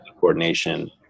coordination